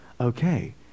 Okay